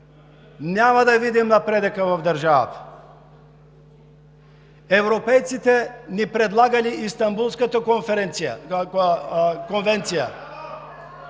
няма да видим напредъка в държавата. Европейците ни предлагали Истанбулската конференция,